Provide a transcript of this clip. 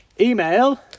email